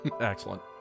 Excellent